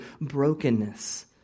brokenness